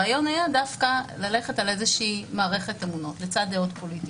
הרעיון היה דווקא ללכת על איזה מערכת אמונות לצד דעות פוליטיות.